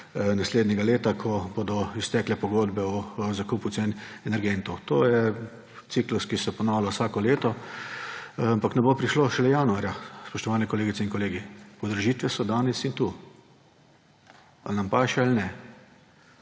naslednjega leta, ko se bodo iztekle pogodbe o zakupu cen energentov. To je ciklus, ki se ponavlja vsako leto, ampak ne bo prišlo šele januarja, spoštovani kolegice in kolegi, podražitve so danes in tu, ali nam paše ali ne.